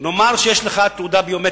נאמר שיש לך תעודה ביומטרית,